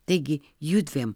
taigi judviem